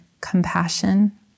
compassion